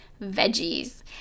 veggies